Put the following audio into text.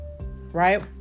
right